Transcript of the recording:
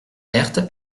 herth